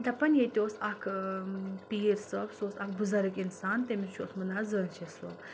دَپان ییٚتہِ اوس اَکھ پیٖر صٲب سُہ اوس اَکھ بُزَرگ اِنسان تٔمِس چھُ اوس مَناو زٲن شاہ صٲب